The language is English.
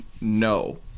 No